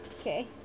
Okay